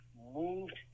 moved